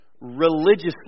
religiously